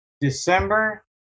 December